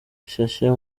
rushyashya